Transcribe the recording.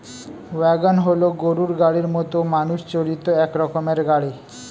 wagon হল গরুর গাড়ির মতো মানুষ চালিত এক রকমের গাড়ি